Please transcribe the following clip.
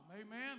Amen